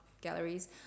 galleries